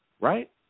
Right